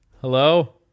hello